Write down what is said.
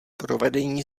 provedení